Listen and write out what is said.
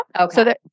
Okay